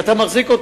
שאתה מחזיק,